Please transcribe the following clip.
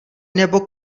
nebo